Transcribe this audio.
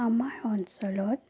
আমাৰ অঞ্চলত